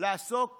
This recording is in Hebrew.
לעסוק